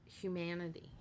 humanity